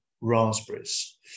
Raspberries